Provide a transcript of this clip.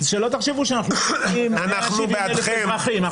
שלא תחשבו שאנחנו שוכחים 170,000 אזרחים,